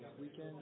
weekend